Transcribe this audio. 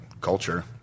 culture